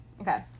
Okay